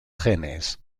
genes